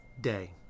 day